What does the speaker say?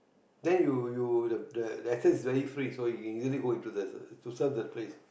then you you the the access is very free so you can really go into the the to surf the place